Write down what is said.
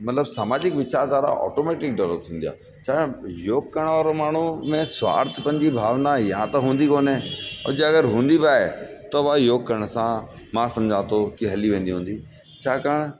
मतिलबु समाजिक वीचारधारा ऑटोमेटिक ई डेवलप थींदी आहे छाकाणि योग करणु वारो माण्हू में स्वार्थपन जी भावना या त हूंदी कोन्हे ऐं जंहिं अगरि हूंदी बि आहे त उहा योग करण सां मां सम्झा थो की हली वेंदी हूंदी छाकाणि